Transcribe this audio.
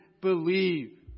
believe